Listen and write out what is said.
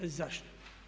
Zašto?